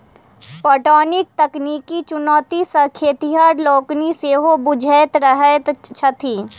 पटौनीक तकनीकी चुनौती सॅ खेतिहर लोकनि सेहो जुझैत रहैत छथि